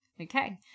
Okay